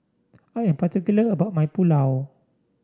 I am particular about my Pulao